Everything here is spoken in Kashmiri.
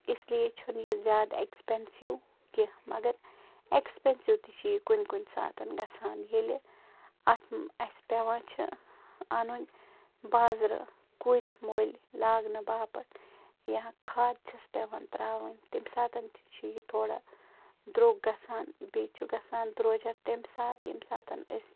اس لیے چھُنہٕ یہِ زیادٕ اٮ۪کٕسپٮ۪نسِو کیٚنہہ مگر اٮ۪کٕسپٮ۪نسِو تہِ چھِ یہِ کُنہِ کُنہِ ساتَن گژھان ییٚلہِ اَتھ اَسہِ پٮ۪وان چھِ اَنُن بازرٕ کُلۍ مُلۍ لاگنہٕ باپتھ یا کھاد چھَس پٮ۪وان ترٛاوٕنۍ تَمہِ ساتَن تہِ چھِ یہِ تھوڑا درٛوٚگ گژھان بیٚیہِ چھُ گژھان درٛوٚجَر تَمہِ ساتہٕ ییٚمہِ ساتَن أسۍ